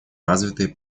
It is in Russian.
развитые